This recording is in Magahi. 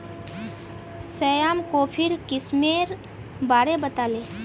श्याम कॉफीर किस्मेर बारे बताले